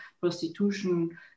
prostitution